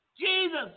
Jesus